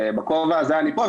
בכובע הזה אני פה,